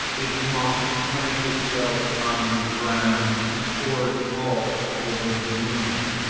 it must plant itself on the ground, before it vaults over the moon.